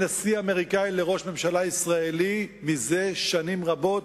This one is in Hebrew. נשיא אמריקני לראש ממשלה ישראלי זה שנים רבות.